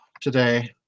today